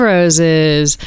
Roses